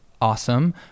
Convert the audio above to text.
awesome